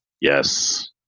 Yes